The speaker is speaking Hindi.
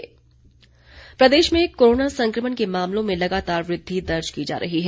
हिमाचल कोरोना प्रदेश में कोरोना संक्रमण के मामलों में लगातार वृद्धि दर्ज की जा रही है